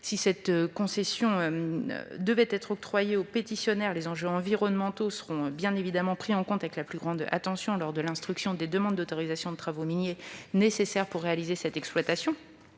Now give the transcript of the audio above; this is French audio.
si la concession est octroyée au pétitionnaire, les enjeux environnementaux seront pris en compte avec la plus grande attention lors de l'instruction des demandes d'autorisation de travaux miniers nécessaires pour réaliser l'exploitation.